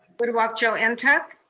but uduak-joe and ntuk.